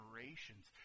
generations